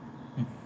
hmm